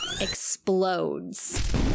explodes